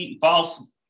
false